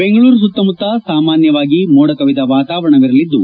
ಬೆಂಗಳೂರು ಸುತ್ತಮುತ್ತ ಸಾಮಾನ್ಯವಾಗಿ ಮೋಡ ಕವಿದ ವಾತಾವರಣವಿರಲಿದ್ದು